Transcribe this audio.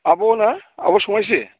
आब' ना आब' समायस्रि